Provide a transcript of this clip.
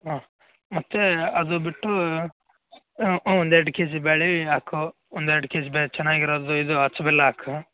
ಹಾಂ ಮತ್ತು ಅದು ಬಿಟ್ಟು ಒಂದು ಎರ್ಡು ಕೆ ಜಿ ಬೇಳೆ ಹಾಕು ಒಂದು ಎರ್ಡು ಕೆ ಜಿ ಬ್ಯಾ ಚೆನ್ನಾಗಿರೋದು ಇದು ಅಚ್ಚ ಬೆಲ್ಲ ಹಾಕು